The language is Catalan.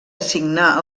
assignar